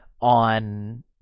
on